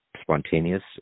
spontaneous